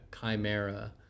chimera